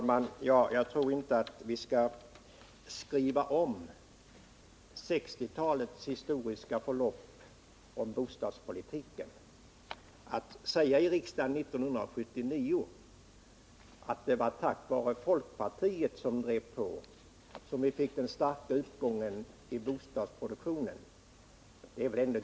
Herr talman! Jag tror inte att vi skall skriva om 1960-talets historiska förlopp när det gäller bostadspolitiken. Det är väl ändå ganska magstarkt att i riksdagen år 1979 säga att det var tack vare att folkpartiet drev på som vi fick den starka uppgången i bostadsproduktionen.